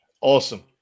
awesome